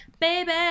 baby